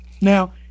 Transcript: Now